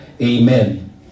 Amen